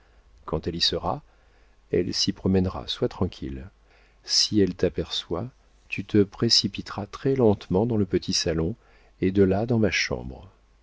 quand elle y sera elle s'y promènera sois tranquille si elle t'aperçoit tu te précipiteras très lentement dans le petit salon et de là dans ma chambre